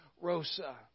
Rosa